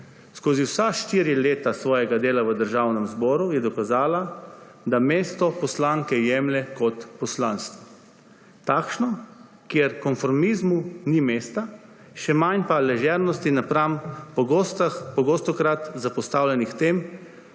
Skozi vsa štiri leta svojega dela v Državnem zboru je dokazala, da mesto poslanke jemlje kot poslanstvo. Takšno, kjer konformizmu ni mesta, še manj pa ležernosti napram pogostokrat zapostavljenim temam,